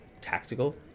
tactical